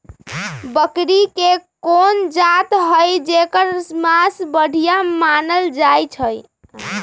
बकरी के कोन जात हई जेकर मास बढ़िया मानल जाई छई?